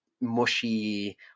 mushy